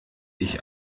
ich